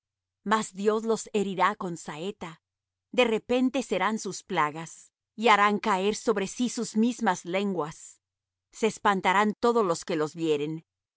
mas dios los herirá con saeta de repente serán sus plagas y harán caer sobre sí sus mismas lenguas se espantarán todos los que los vieren